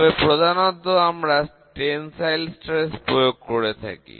তবে প্রধানত আমরা প্রসারণসাধ্য পীড়ন প্রয়োগ করে থাকি